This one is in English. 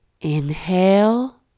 inhale